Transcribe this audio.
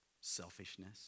Selfishness